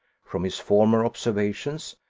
from his former observations,